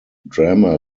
drama